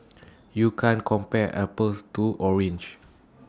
you can't compare apples to orange